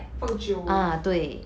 放久